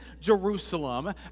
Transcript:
Jerusalem